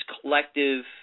collective